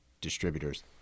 distributors